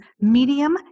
Medium